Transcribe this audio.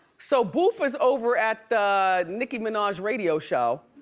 so boof is over at the nicki minaj radio show,